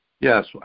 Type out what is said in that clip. Yes